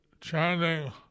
chanting